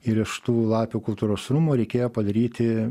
ir iš tų lapių kultūros rūmų reikėjo padaryti